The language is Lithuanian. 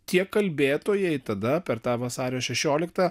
tie kalbėtojai tada per tą vasario šešioliktą